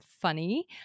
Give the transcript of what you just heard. funny